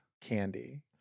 Candy